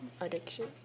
addiction